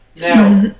Now